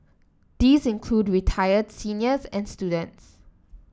these include retired seniors and students